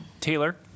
Taylor